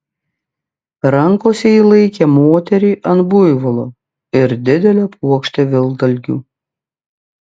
rankose ji laikė moterį ant buivolo ir didelę puokštę vilkdalgių